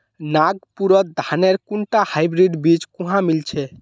नागपुरत धानेर कुनटा हाइब्रिड बीज कुहा मिल छ